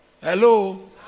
Hello